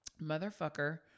motherfucker